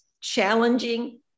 challenging